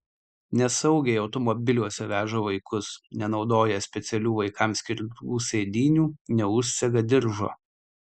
nesaugiai automobiliuose veža vaikus nenaudoja specialių vaikams skirtų sėdynių neužsega diržo